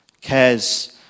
cares